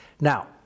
now